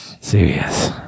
Serious